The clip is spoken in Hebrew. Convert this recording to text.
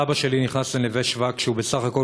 סבא שלי נכנס ל"נווה שבא" כשהוא בסך הכול